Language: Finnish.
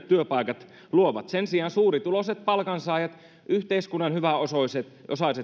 työpaikat luovat sen sijaan suurituloiset palkansaajat yhteiskunnan hyväosaiset